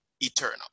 eternal